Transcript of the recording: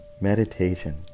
Meditation